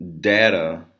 data